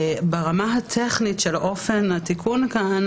ברמה הטכנית של אופן התיקון כאן,